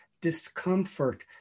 discomfort